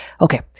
Okay